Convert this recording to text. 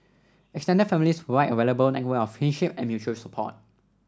extended families provide a valuable network of kinship and mutual support